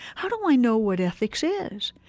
how do i know what ethics is?